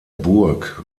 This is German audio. burg